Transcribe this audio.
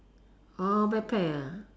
orh backpack ah